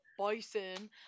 bison